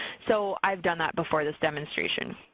so i've done that before this demonstration,